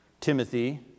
Timothy